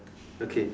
okay